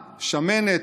שמנת,